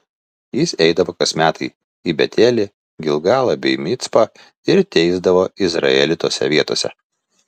jis eidavo kas metai į betelį gilgalą bei micpą ir teisdavo izraelį tose vietose